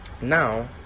now